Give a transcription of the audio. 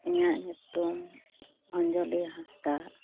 ᱤᱧᱟᱹᱜ ᱧᱩᱛᱩᱢ ᱚᱧᱡᱚᱞᱤ ᱦᱟᱸᱥᱫᱟ